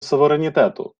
суверенітету